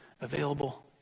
available